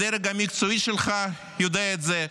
הדרג המקצועי שלך יודע את זה,